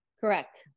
Correct